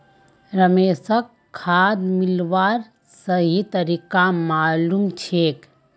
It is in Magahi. रमेशक खाद मिलव्वार सही तरीका मालूम छेक